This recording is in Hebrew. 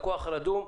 לקוח רדום,